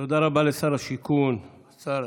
תודה לשר השיכון, השר